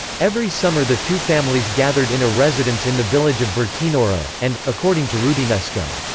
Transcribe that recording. every summer the two families gathered in a residence in the village of bertinoro, and, according to roudinesco,